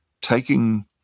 taking